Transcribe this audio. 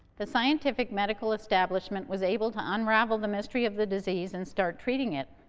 the scientific medical establishment was able to unravel the mystery of the disease and start treating it.